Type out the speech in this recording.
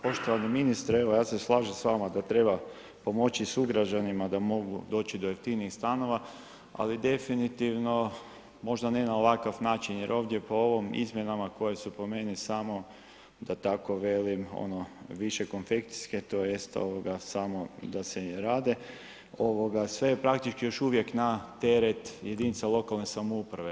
Pa poštovani ministre, evo ja se slažem s vama da treba pomoći sugrađanima da mogu doći do jeftinijih stanova ali definitivno možda ne na ovakav način jer ovdje po ovim izmjenama koje su po meni samo da tako velim, ono više konfekcijske tj. samo da se rade, sve je praktički još uvijek na teret jedinica lokalne samouprave.